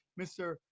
Mr